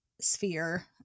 sphere